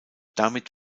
damit